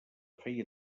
feia